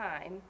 time